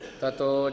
tato